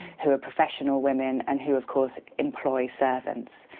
who are professional women and who, of course, employ servants.